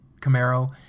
Camaro